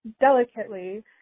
delicately